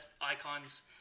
icons